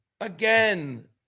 again